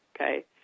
okay